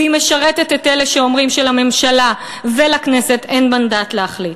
והיא משרתת את אלה שאומרים שלממשלה ולכנסת אין מנדט להחליט.